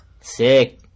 Sick